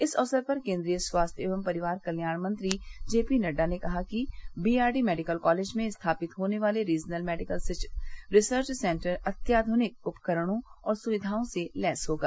इस अवसर पर केन्द्रीय स्वास्थ्य एवं परिवार कल्याण मंत्री जेपी नड्डा ने कहा कि बीआरडी मेडिकल कालेज में स्थापित होने वाला रीजनल मेडिकल रिसर्च सेन्टर अत्याधुनिक उपकरणों और सुविधाओं से लेस होगा